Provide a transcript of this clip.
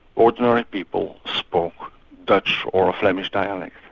ordinary people spoke dutch or a flemish dialect.